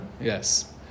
Yes